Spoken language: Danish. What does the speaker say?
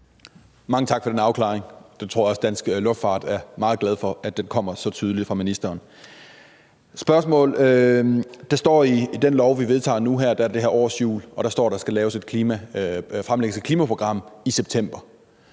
Mange tak for den afklaring. Den tror jeg også at dansk luftfart er meget glade for kommer så tydeligt fra ministeren. Jeg har et spørgsmål. Det står i den lov, vi vedtager nu her, at der er det her årshjul, og at der skal fremlægges et klimaprogram i september.